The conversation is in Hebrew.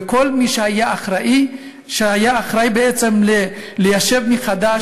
וכל מי שהיה אחראי ליישב מחדש,